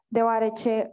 Deoarece